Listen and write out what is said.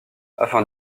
afin